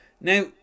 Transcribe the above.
Now